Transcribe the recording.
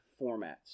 formats